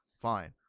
fine